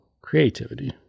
creativity